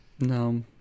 No